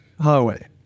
highway